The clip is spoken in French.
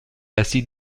asie